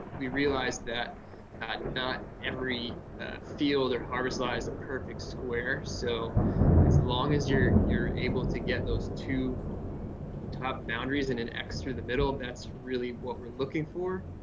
we realize that not every field or harvest lot is a perfect square, so as long as you're you're able to get those two top boundaries in an x through the middle, that's really what we're looking for.